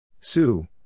Sue